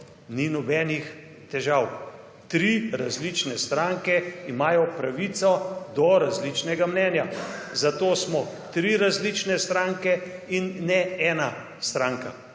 ni nobenih težav. Tri različne stranke imajo pravico do različnega mnenja. Zato smo tri različne stranke in ne ena stranka.